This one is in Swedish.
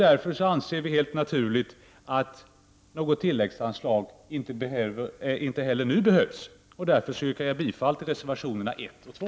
Därför anser vi helt naturligt att något tilläggsanslag inte heller nu behövs. Med detta yrkar jag bifall till reservationerna 1 och 2.